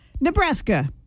Nebraska